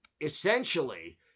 essentially